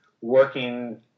working